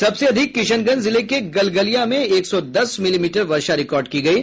सबसे अधिक किशनगंज जिले के गलगलिया में एक सौ दस मिलीमीटर वर्षा रिकॉर्ड की गयी